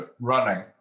running